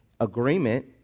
Agreement